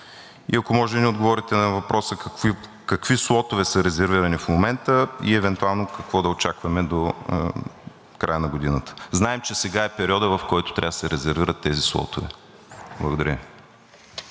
Ако можете да ни отговорите на въпроса: какви слотове са резервирани в момента и евентуално какво да очакваме до края на годината? Знаем, че сега е периодът, в който трябва да се резервират тези слотове. Благодаря.